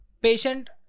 patient